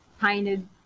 painted